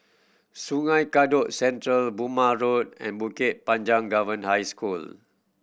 Sungei Kadut Central Burmah Road and Bukit Panjang Govern High School